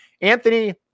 Anthony